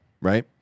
right